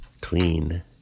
clean